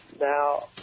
Now